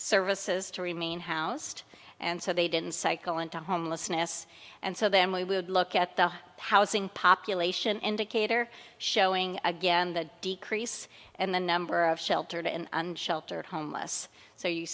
services to remain housed and so they didn't cycle into homelessness and so then we would look at the housing population indicator showing again the decrease and the number of sheltered and unsheltered homeless so you